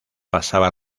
pasaba